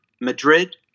Madrid